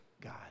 God